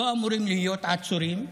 לא אמורים להיות עצורים,